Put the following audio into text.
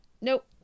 Nope